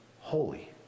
holy